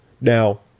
Now